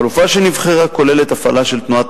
החלופה שנבחרה כוללת הפעלה של תנועת